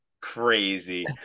crazy